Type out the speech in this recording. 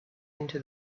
into